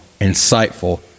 Insightful